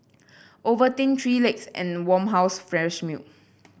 Ovaltine Three Legs and Farmhouse Fresh Milk